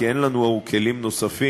כי אין לנו כלים נוספים